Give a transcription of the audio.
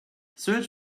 search